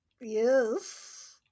Yes